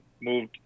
moved